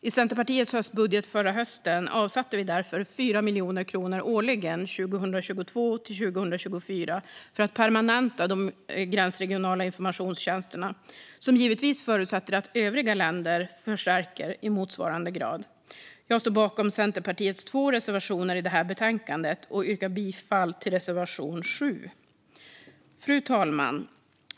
I Centerpartiets höstbudget förra hösten avsatte vi därför 4 miljoner kronor årligen 2022-2024 för att permanenta de gränsregionala informationstjänsterna, som givetvis förutsätter att övriga länder förstärker i motsvarande grad. Jag står bakom Centerpartiets två reservationer i betänkandet och yrkar bifall till reservation 7. Fru talman!